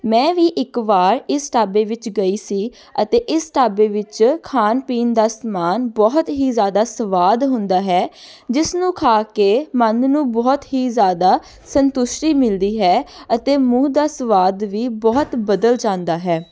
ਮੈਂ ਵੀ ਇੱਕ ਵਾਰ ਇਸ ਢਾਬੇ ਵਿੱਚ ਗਈ ਸੀ ਅਤੇ ਇਸ ਢਾਬੇ ਵਿੱਚ ਖਾਣ ਪੀਣ ਦਾ ਸਮਾਨ ਬਹੁਤ ਹੀ ਜ਼ਿਆਦਾ ਸਵਾਦ ਹੁੰਦਾ ਹੈ ਜਿਸ ਨੂੰ ਖਾ ਕੇ ਮਨ ਨੂੰ ਬਹੁਤ ਹੀ ਜ਼ਿਆਦਾ ਸੰਤੁਸ਼ਟੀ ਮਿਲਦੀ ਹੈ ਅਤੇ ਮੂੰਹ ਦਾ ਸਵਾਦ ਵੀ ਬਹੁਤ ਬਦਲ ਜਾਂਦਾ ਹੈ